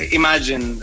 imagine